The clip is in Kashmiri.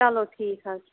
چلو ٹھیٖک حظ